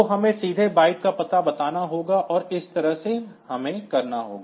तो हमें सीधे बाइट का पता बताना होगा और इस तरह से इसे करना होगा